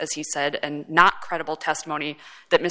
as he said and not credible testimony that mr